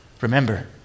remember